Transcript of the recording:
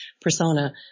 persona